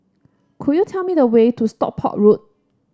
could you tell me the way to Stockport Road